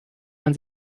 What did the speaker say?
man